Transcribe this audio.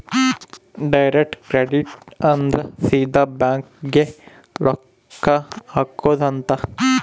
direct credit ಅಂದ್ರ ಸೀದಾ bank ಗೇ ರೊಕ್ಕ ಹಾಕೊಧ್ ಅಂತ